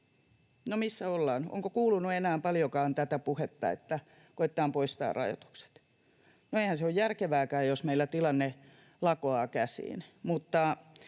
missä ollaan? Onko kuulunut enää paljonkaan tätä puhetta, että koetetaan poistaa rajoitukset? Eihän se ole järkevääkään, jos meillä tilanne lakoaa käsiin,